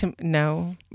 no